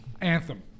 Anthem